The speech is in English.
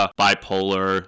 bipolar